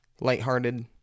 lighthearted